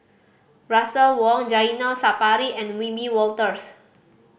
Russel Wong Zainal Sapari and Wiebe Wolters